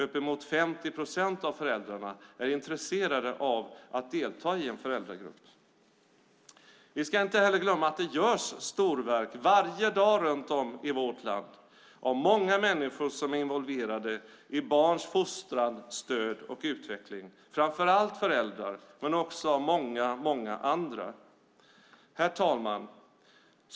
Uppemot 50 procent av föräldrarna är intresserade av att delta i en föräldragrupp. Vi ska inte heller glömma att det görs storverk varje dag runt om i vårt land av många människor som är involverade i barns fostran, stöd och utveckling. Det gäller framför allt föräldrar men också många, många andra. Herr talman!